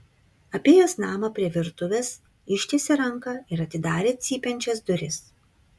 apėjęs namą prie virtuvės ištiesė ranką ir atidarė cypiančias duris